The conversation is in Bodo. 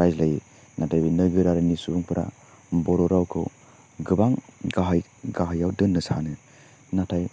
रायज्लायो नाथाय नोगोरारिनि सुबुंफोरा बर' रावखौ गोबां गाहाय गाहायाव दोन्नो सानो नाथाय